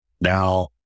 Now